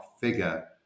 figure